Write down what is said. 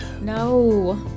no